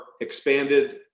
expanded